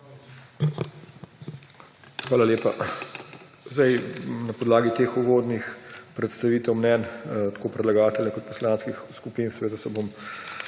Hvala lepa. Na podlagi teh uvodnih predstavitev mnenj tako predlagatelja kot poslanskih skupin se bom